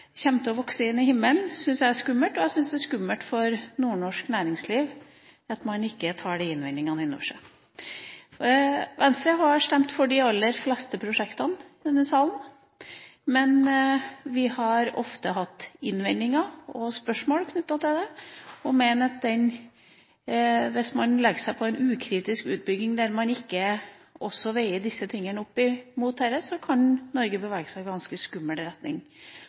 til å vokse inn i himmelen, og jeg syns det er skummelt for nord-norsk næringsliv at man ikke tar de innvendingene inn over seg. Venstre har stemt for de aller fleste prosjektene i denne salen. Men vi har ofte hatt innvendinger og spørsmål knyttet til dem. Vi mener at hvis man legger seg på ukritisk utbygging, der man ikke veier disse tingene opp mot hverandre, kan Norge bevege seg i en ganske skummel retning.